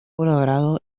colaborado